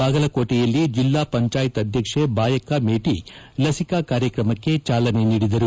ಬಾಗಲಕೋಟೆಯಲ್ಲಿ ಜಿಲ್ಲಾ ಪಂಚಾಯಿತಿ ಅಧ್ಯಕ್ಷೆ ಬಾಯಕ್ಕ ಮೇಟಿ ಲಸಿಕಾ ಕಾರ್ಯಕ್ರಮಕ್ಕೆ ಚಾಲನೆ ನೀಡಿದರು